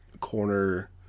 corner